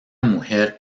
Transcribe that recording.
mujer